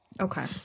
Okay